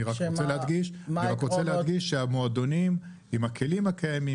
אני רק רוצה להדגיש שהמועדונים עם הכלים הקיימים